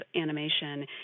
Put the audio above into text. animation